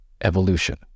Evolution